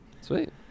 Sweet